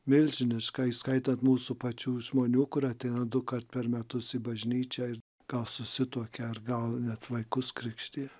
milžiniška įskaitant mūsų pačių žmonių kur ateina dukart per metus į bažnyčią ir gal susituokia ar gal net vaikus krikštija